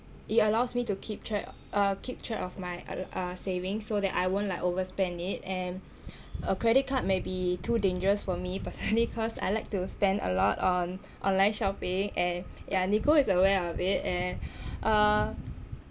it allows me to keep track uh keep track of my a~ of my savings so that I won't like overspend it and a credit card maybe too dangerous for me personally because I like to spend a lot on online shopping and yah nicole is aware of it and uh